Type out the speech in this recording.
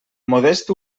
modest